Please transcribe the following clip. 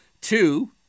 Two